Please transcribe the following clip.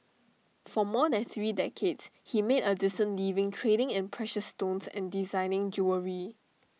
for more than three decades he made A decent living trading in precious stones and designing jewellery